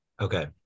Okay